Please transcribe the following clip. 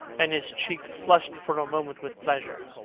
and his cheeks flushed for a moment with pleasure.